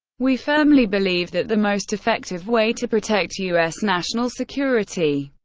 we firmly believe that the most effective way to protect u s. national security,